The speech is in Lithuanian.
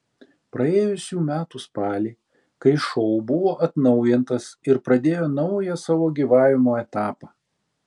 praėjusių metų spalį kai šou buvo atnaujintas ir pradėjo naują savo gyvavimo etapą